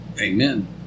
Amen